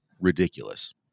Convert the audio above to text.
ridiculous